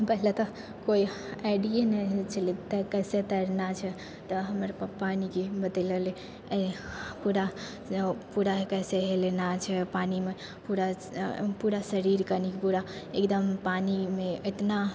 पहिले तऽ कोइ आइडिये नहि होइ छलै से त कैसे तैरना छै तऽ हमर पप्पा बतेले रहय पूरा सँ पूरा कैसे हेलना छै पानिमे पूरा पूरा शरीरके यानि पूरा एकदम पानिमे इतना